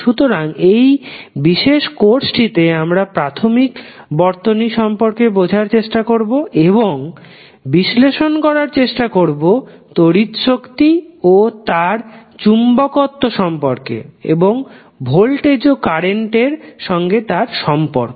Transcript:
সুতরাং এই বিশেষ কোর্সটিতে আমরা প্রাথমিক বর্তনী সম্পর্কে বোঝার চেষ্টা করবো এবং বিশ্লেষণ করার চেষ্টা করবো তড়িৎশক্তি ও তার চুম্বকত্ব সম্পর্কে এবং ভোল্টেজ ও কারেন্ট এর সঙ্গে তার সম্পর্ক